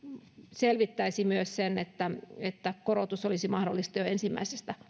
selvittäisi myös sen että että korotus olisi mahdollinen jo ensimmäisestä